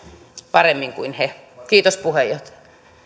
paremmin kuin he kiitos puheenjohtaja